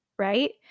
Right